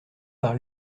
par